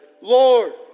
Lord